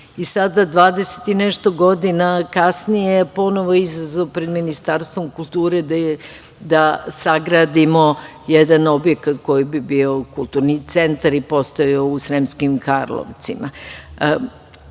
i sada 20 i nešto godina kasnije ponovo je izazov pred Ministarstvom kulture da sagradimo jedan objekat koji bi bio kulturni centar i postojao u Sremskim Karlovcima. Zakon